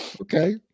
okay